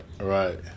right